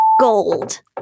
gold